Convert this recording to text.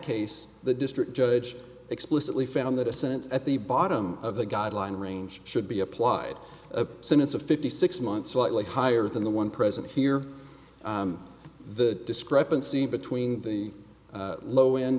case the district judge explicitly found that a sense at the bottom of the guideline range should be applied a sin it's a fifty six months slightly higher than the one present here the discrepancy between the low end